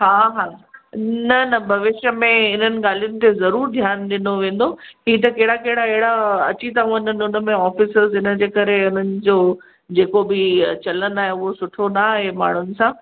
हा हा न न भविष्य में इन्हनि ॻाल्हियुनि ते ज़रूरु ध्यानु ॾिनो वेंदो ही त कहिड़ा कहिड़ा अहिड़ा अची था वञनि उनमें ऑफ़िसर्स उनजे करे उन्हनि जो जे को बि चलन आहे उहो सुठो नाहे माण्हुनि सां